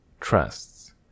trusts